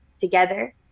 together